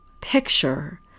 picture